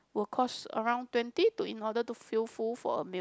will cost around twenty to in order to feel full for a meal